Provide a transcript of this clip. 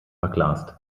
verglast